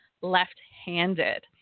left-handed